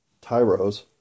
tyros